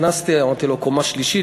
נכנסתי, אמרתי לו: קומה שלישית.